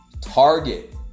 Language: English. Target